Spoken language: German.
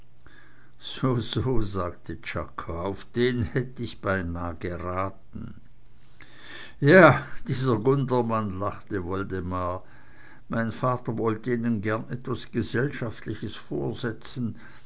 so so sagte czako auf den hätt ich beinah geraten ja dieser gundermann lachte woldemar mein vater wollt ihnen gestern gern etwas grafschaftliches vorsetzen